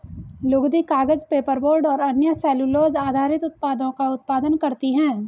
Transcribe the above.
लुगदी, कागज, पेपरबोर्ड और अन्य सेलूलोज़ आधारित उत्पादों का उत्पादन करती हैं